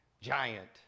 giant